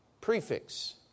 prefix